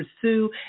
pursue